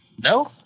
No